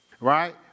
Right